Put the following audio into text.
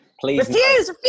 Please